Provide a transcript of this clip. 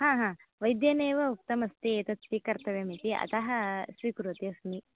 हा हा वैद्येनेव उक्तमस्ति एतत् स्वीकर्तव्यम् इति अतः स्वीकरोति अस्मि